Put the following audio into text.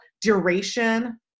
duration